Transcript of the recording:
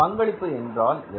பங்களிப்பு என்றால் என்ன